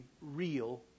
real